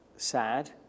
sad